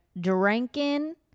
drinking